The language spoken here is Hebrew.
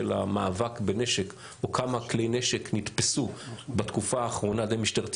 המאבק בנשק או כמה כלי נשק נתפסו בתקופה האחרונה על ידי משטרת ישראל,